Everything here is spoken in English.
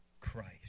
Christ